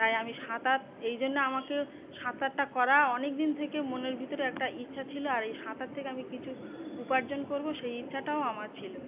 তাই আমি সাঁতার এই জন্য আমাকে সাঁতারটা করা অনেকদিন থেকে মনের ভিতরে একটা ইচ্ছা ছিল আর এই সাঁতার থেকে আমি কিছু উপার্জন করবো সেই ইচ্ছাটাও আমার ছিল